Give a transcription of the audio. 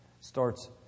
starts